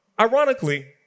Ironically